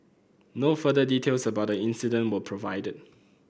no further details about the incident were provided